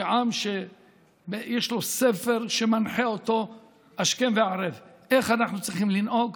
כעם שיש לו ספר שמנחה אותו השכם וערב איך אנחנו צריכים לנהוג,